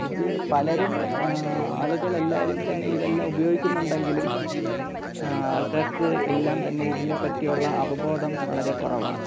ഇത് പലരും ആളുകളെല്ലാരും തന്നെ ഇതെല്ലാം ഉപയോഗിക്കുന്നുണ്ടെങ്കിലും ആൾക്കാർക്ക് എല്ലാം തന്നെ ഇതിനെപ്പറ്റിയുള്ള അവബോധം വളരെ കുറവാണ്